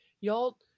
y'all